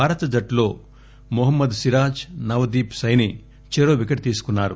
భారత జట్టులో మహమ్మద్ సిరాజ్ నవదీప్ సైనీ చెరో వికెట్ తీసుకున్నారు